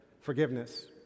forgiveness